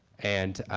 and